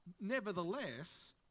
Nevertheless